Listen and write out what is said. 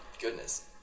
Goodness